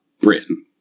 Britain